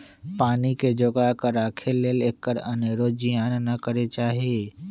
पानी के जोगा कऽ राखे लेल एकर अनेरो जियान न करे चाहि